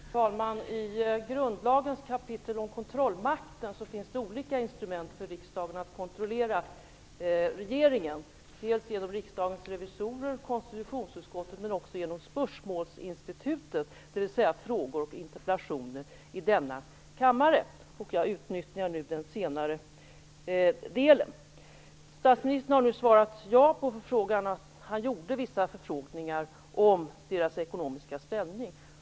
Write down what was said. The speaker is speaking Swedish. Fru talman! I grundlagens kapitel om kontrollmakten finns det olika instrument för riksdagen att kontrollera regeringen med: dels genom riksdagens revisorer, dels genom konstitutionsutskottet, men också genom spörsmålsinstitutet, dvs. frågor och interpellationer i denna kammare. Jag utnyttjar nu den senare delen. Statsministern har nu svarat ja på den första frågan: Han gjorde vissa förfrågningar om deras ekonomiska ställning.